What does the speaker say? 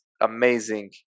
amazing